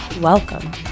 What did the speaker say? Welcome